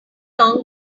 long